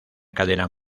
cadena